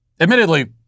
Admittedly